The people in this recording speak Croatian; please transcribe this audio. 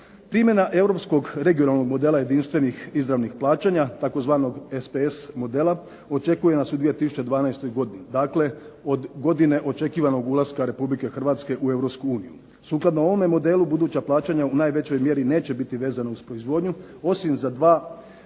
Primjena europskog regionalnog modela jedinstvenih izravnih plaćanja tzv. SPS modela očekuje nas u 2012. godini, dakle od godine očekivanog ulaska Republike Hrvatske u Europsku uniju. Sukladno ovome modelu buduća plaćanja u najvećoj mjeri neće biti vezana uz proizvodnju, osim za dva